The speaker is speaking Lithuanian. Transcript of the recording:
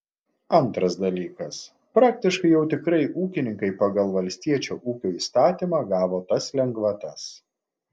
antras dalykas praktiškai jau tikrai ūkininkai pagal valstiečio ūkio įstatymą gavo tas lengvatas